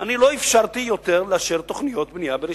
אני לא אפשרתי לאשר עוד תוכניות בנייה בראשון-לציון.